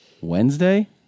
Wednesday